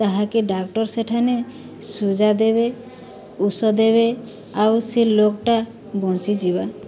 ତାହାକେ ଡାକ୍ଟର ସେଠାନେ ସୁଜା ଦେବେ ଉଷ ଦେବେ ଆଉ ସେ ଲୋକ୍ଟା ବଞ୍ଚିଯିବା